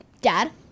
Dad